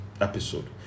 episode